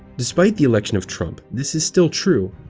despite the election of trump, this is still true.